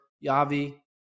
Yavi